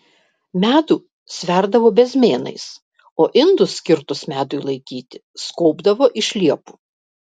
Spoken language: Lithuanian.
medų sverdavo bezmėnais o indus skirtus medui laikyti skobdavo iš liepų